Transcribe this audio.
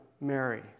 Mary